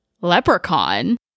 Leprechaun